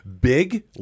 big